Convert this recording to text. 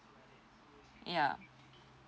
yeah